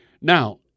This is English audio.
Now